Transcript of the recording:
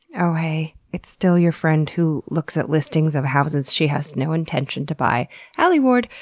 oh hey. it's still your friend who looks at listings of houses she has no intention to buy alie ward,